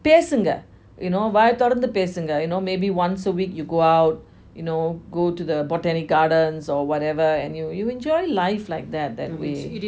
பேசுங்க வாய:peasunga vaaya you know தொறந்து பேசுங்க:thoranthu peasunga you know maybe once a week you go out you know go to the botantic garden or whatever and yo~ you enjoy life like that way